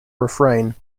refrain